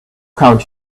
count